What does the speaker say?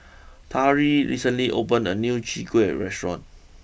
Tari recently opened a new Chwee Kueh restaurant